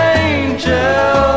angel